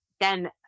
then-